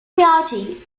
reality